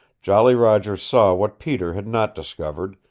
jolly roger saw what peter had not discovered,